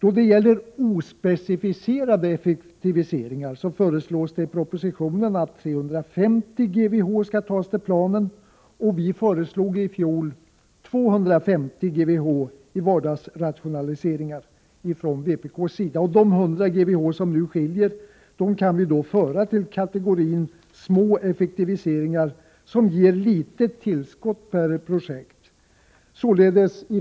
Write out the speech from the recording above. I fråga om ospecificerade effektiviseringar föreslås det i propositionen att 350 GWh skall tas till planen, och vi föreslog i fjol från vpk:s sida 250 GWh i vardagsrationaliseringar. De 100 GWh som skiljer kan vi föra till kategorin små effektiviseringar som ger litet tillskott per projekt.